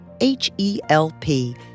H-E-L-P